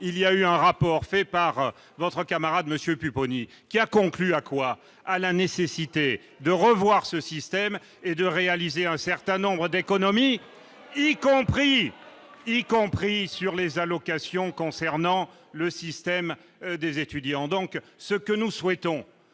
il y a eu un rapport fait par votre camarade Monsieur Pupponi qui a conclu à quoi, à la nécessité de revoir ce système et de réaliser un certain nombre d'économies, y compris, y compris sur les allocations concernant le système des étudiants, donc ce que nous souhaitons